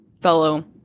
fellow